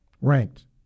ranked